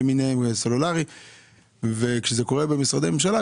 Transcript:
לא כך כשזה נוגע למשרדי הממשלה.